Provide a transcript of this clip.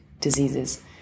diseases